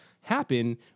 happen